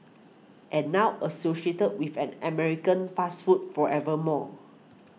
and now associated with an American fast food forever more